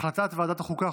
החלטת ועדת החוקה,